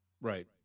Right